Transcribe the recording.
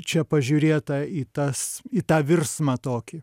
čia pažiūrėta į tas į tą virsmą tokį